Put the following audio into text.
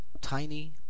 tiny